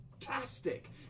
fantastic